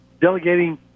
delegating